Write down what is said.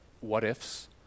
what-ifs